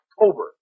october